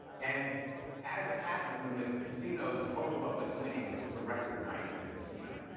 and as it happened when the casino totaled up its winnings, it was a record night for the casino.